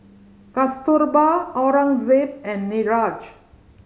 Kasturba Aurangzeb and Niraj